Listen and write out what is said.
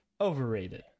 overrated